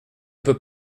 peu